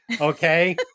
okay